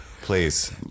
please